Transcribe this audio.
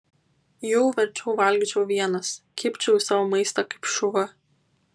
jau verčiau valgyčiau vienas kibčiau į savo maistą kaip šuva